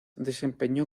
desempeñó